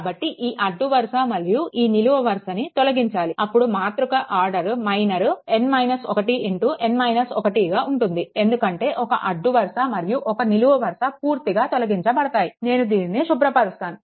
కాబట్టి ఈ అడ్డు వరుస మరియు ఈ నిలువు వరుసని తొలగించాలి అప్పుడు మాతృక ఆర్డర్ మైనర్ గా ఉంటుంది ఎందుకంటే ఒక అడ్డు వరుస మరియు ఒక నిలువు వరుస పూర్తిగా తొలగించబడతాయి నేను దీనిని శుభ్రపరుస్తాను